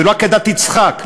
זה לא עקדת יצחק,